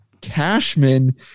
Cashman